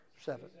seven